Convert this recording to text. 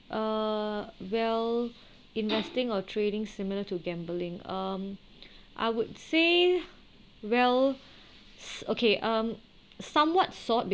uh well investing or trading similar to gambling um I would say well okay um somewhat sort